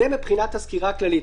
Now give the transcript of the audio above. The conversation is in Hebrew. זו הסקירה הכללית.